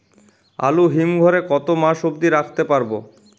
আলু হিম ঘরে কতো মাস অব্দি রাখতে পারবো?